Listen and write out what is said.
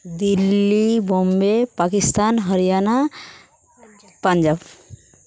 Delhi Bombay Pakistan Haryana Punjab